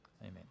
Amen